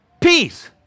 Peace